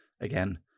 Again